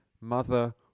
Mother